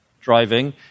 driving